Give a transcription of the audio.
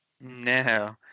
no